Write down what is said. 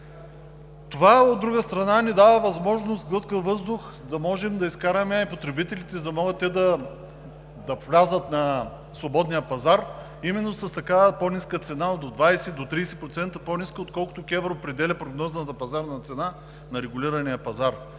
Това, от друга страна, ни дава възможност за глътка въздух, за да можем да изкараме потребителите, да могат те да влязат на свободния пазар именно с такава по-ниска цена – до 20 – 30% по-ниска, отколкото КЕВР определя прогнозната пазарна цена на регулирания пазар.